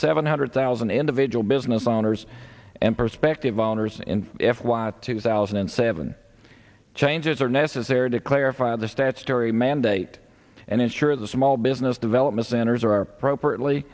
seven hundred thousand individual business owners and perspective owners in f y two thousand and seven changes are necessary to clarify the stat story mandate and ensure the small business development centers are approp